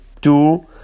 two